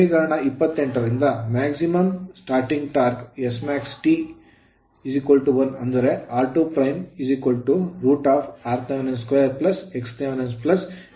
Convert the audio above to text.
ಸಮೀಕರಣ 28 ರಿಂದ maximum starting torque ಗರಿಷ್ಠ ಆರಂಭಿಕ ಟಾರ್ಕ್ ಅನ್ನು Smax T 1ಅಂದರೆ r2 √rth2xthxr2